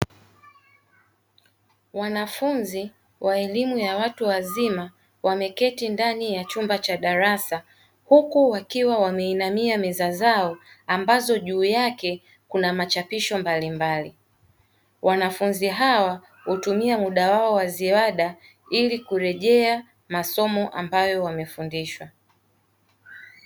Wanafunzi wa elimu ya watu wazima, wameketi ndani ya chumba cha darasa, huku wakiwa wameinamia meza zao, ambazo juu yake kuna machapisho mbalimbali. Wanafunzi hawa hutumia muda wao wa ziada, ili kurejea masomo ambayo wamefundishwa.